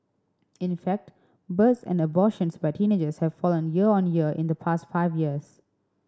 in fact births and abortions by teenagers have fallen year on year in the past five years